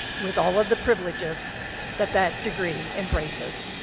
with all of the privileges that that degree embraces.